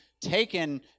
taken